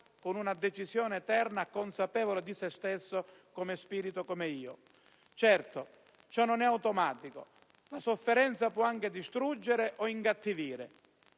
con una decisione eterna, consapevole di se stesso come spirito, come «io». Certo, ciò non è automatico, la sofferenza può anche distruggere o incattivire.